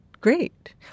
great